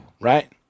right